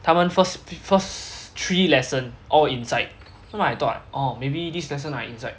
他们 first first three lesson all inside so I thought orh maybe this lesson I inside